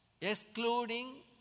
Excluding